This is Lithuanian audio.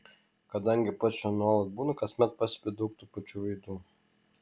kadangi pats čia nuolat būnu kasmet pastebiu daug tų pačių veidų